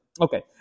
Okay